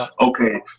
okay